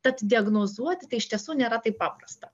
tad diagnozuoti tai iš tiesų nėra taip paprasta